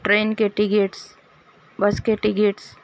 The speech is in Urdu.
ٹرین کے ٹکٹس بس کے ٹکٹس